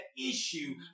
issue